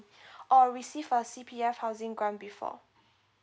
or receive a C_P_F housing grant before